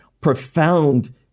profound